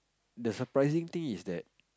the surprising thing is that